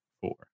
four